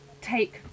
take